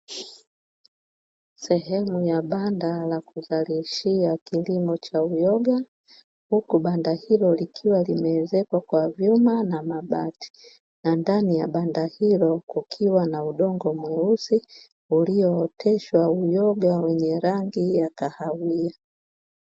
Sehemu ya banda cha kuzalishia kilimo cha uyoga, huku banda hilo likiwa limeezekwa kwa vyuma na mabati na ndani ya banda hilo kukiwa na udongo mweusi uliooteshwa udongo wenye rangi ya kahawia.